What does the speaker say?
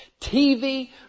TV